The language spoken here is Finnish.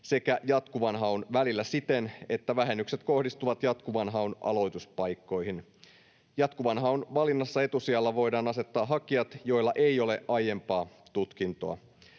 sekä jatkuvan haun välillä siten, että vähennykset kohdistuvat jatkuvan haun aloituspaikkoihin. Jatkuvan haun valinnassa etusijalle voidaan asettaa hakijat, joilla ei ole aiempaa tutkintoa.